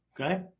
okay